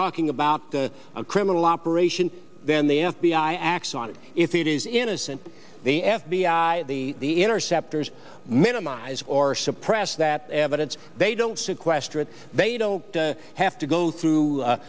talking about the criminal operation then the f b i acts on it if it is innocent the f b i the the interceptors minimize or suppress that evidence they don't sequester it they don't have to go through